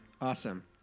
Awesome